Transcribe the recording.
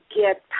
get